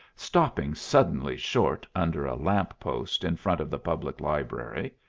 stopping suddenly short under a lamp-post in front of the public library,